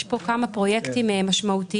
יש פה כמה פרויקטים משמעותיים.